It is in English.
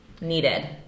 needed